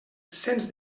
cents